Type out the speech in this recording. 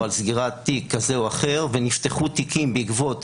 על סגירת תיק כזה או אחר ונפתחו תיקים בעקבות